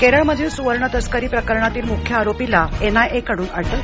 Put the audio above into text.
केरळमधील सुवर्ण तस्करी प्रकरणातील मुख्य आरोपीला एनआयए कडून अटक